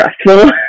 stressful